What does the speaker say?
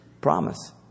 promise